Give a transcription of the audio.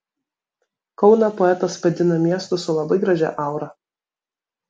kauną poetas vadina miestu su labai gražia aura